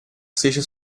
seja